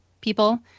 people